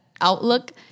outlook